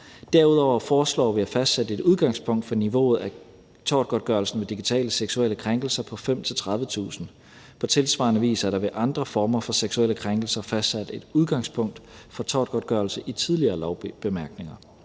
Derudover foreslår vi at fastsætte et udgangspunkt for niveauet for tortgodtgørelsen ved digitale seksuelle krænkelser på 5.000-30.000 kr. På tilsvarende vis er der ved andre former for seksuelle krænkelser fastsat et udgangspunkt for tortgodtgørelse i tidligere lovbemærkninger.